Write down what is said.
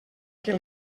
que